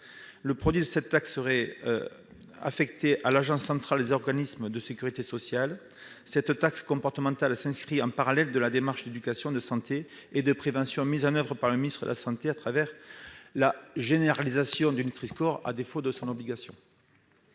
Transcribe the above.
Le produit de cette taxe serait affecté à l'Agence centrale des organismes de sécurité sociale. Cette taxe comportementale viendrait compléter la démarche d'éducation à la santé et la politique de prévention mise en oeuvre par le ministère de la santé à travers la généralisation du Nutri-score- à défaut d'avoir